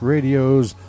Radio's